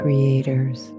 Creators